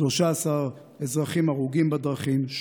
13 אזרחים הרוגים בדרכים,